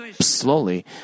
slowly